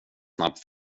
snabbt